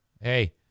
Hey